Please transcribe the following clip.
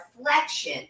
flexion